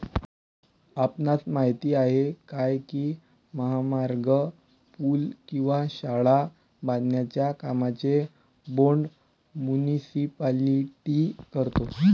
आपणास माहित आहे काय की महामार्ग, पूल किंवा शाळा बांधण्याच्या कामांचे बोंड मुनीसिपालिटी करतो?